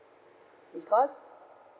because